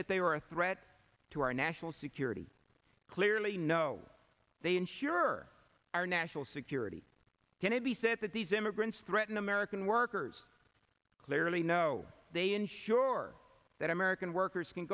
that they were a threat to our national security clearly know they insure our national security can it be said that these immigrants threaten american workers clearly no they ensure that american